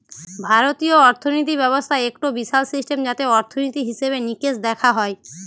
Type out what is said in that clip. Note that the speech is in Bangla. ভারতীয় অর্থিনীতি ব্যবস্থা একটো বিশাল সিস্টেম যাতে অর্থনীতি, হিসেবে নিকেশ দেখা হয়